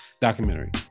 documentary